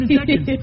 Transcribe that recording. seconds